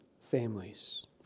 families